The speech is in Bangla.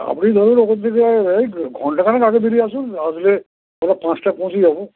আপনি ধরুন ওখান থেকে এই ঘন্টাখানেক আগে বেরিয়ে আসুন আসলে আমরা পাঁচটায় পৌঁছে যাবো